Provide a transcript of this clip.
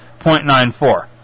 0.94